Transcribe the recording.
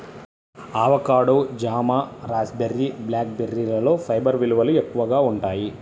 avocado, జామ, raspberry, black బెర్రీలలో fibre విలువలు ఎక్కువగా ఉంటాయి